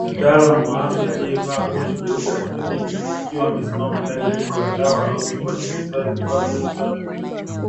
Mtaalamu wa afya aliyevaa koti jeupe la kitabibu, akiwa amsimama ndani ya duka la dawa au chumba cha kuhifadhi vifaa vya matibabu.